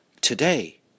today